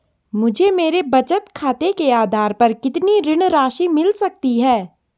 मुझे मेरे बचत खाते के आधार पर कितनी ऋण राशि मिल सकती है?